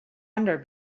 under